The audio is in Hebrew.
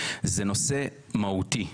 זה נושא מהותי.